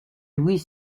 louis